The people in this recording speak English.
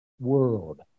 world